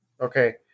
Okay